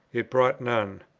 it brought none.